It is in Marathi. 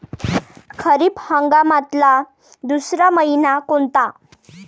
खरीप हंगामातला दुसरा मइना कोनता?